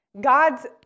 God's